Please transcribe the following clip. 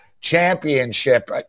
championship